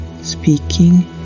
speaking